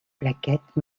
plaquettes